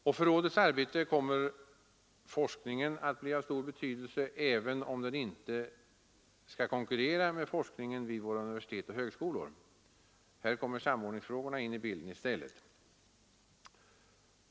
Och för rådets arbete kommer forskningen att bli av stor betydelse, även om den inte skall konkurrera med forskningen vid våra universitet och högskolor. Här kommer samordningsfrågorna in i bilden i stället.